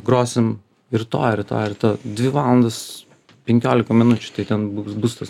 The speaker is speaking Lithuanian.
grosim rytoj rytoj rytoj dvi valandos penkiolika minučių tai ten bus tas